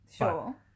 Sure